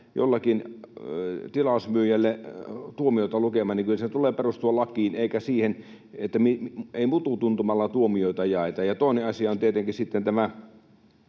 jollekin tilausmyyjälle tuomiota lukemaan, niin kyllä sen tulee perustua lakiin eikä mututuntumalla tuomioita jaeta. Toinen asia on tietenkin Euroopan